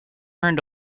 earned